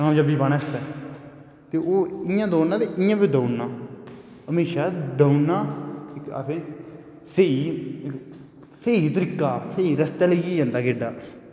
जीनै आस्तै इ'यां दौड़नां ते इ'यां बी दौड़ना म्हेशां दौड़ना इक स्हेई स्हेई तरीका ऐ स्हेई रस्ता लब्भी जंदा अगड़ा